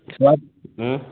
स्वाद हूँ